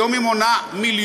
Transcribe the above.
היום היא מונה מיליון,